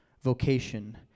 vocation